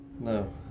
No